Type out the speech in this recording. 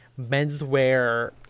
menswear